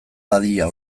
dadila